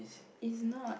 is not